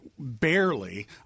barely